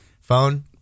phone